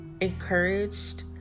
encouraged